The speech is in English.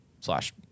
slash